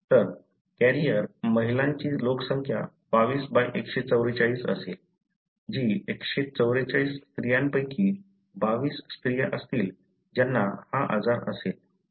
तर कॅरियर महिलांची लोकसंख्या 22 बाय 144 22144 असेल जी 144 स्त्रियांपैकी 22 स्त्रिया असतील ज्यांना हा आजार असेल